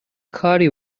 کاری